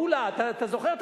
מולה, אתה זוכר?